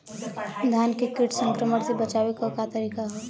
धान के कीट संक्रमण से बचावे क का तरीका ह?